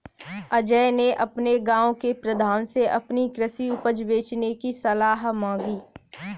अजय ने अपने गांव के प्रधान से अपनी कृषि उपज बेचने की सलाह मांगी